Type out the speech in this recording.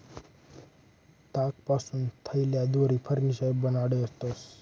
तागपासून थैल्या, दोरी, फर्निचर बनाडतंस